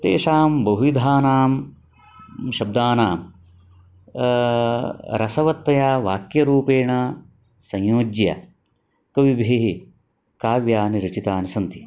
तेषां बहुविधानां शब्दानां र सर्वत्र वाक्यरूपेण संयोज्य कविभिः काव्यानि रचितानि सन्ति